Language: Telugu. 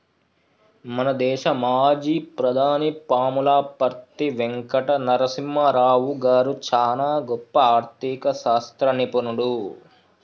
మన దేశ మాజీ ప్రధాని పాములపర్తి వెంకట నరసింహారావు గారు చానా గొప్ప ఆర్ధిక శాస్త్ర నిపుణుడు